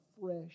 fresh